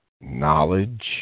knowledge